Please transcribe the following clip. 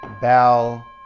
Bell